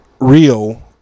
real